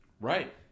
right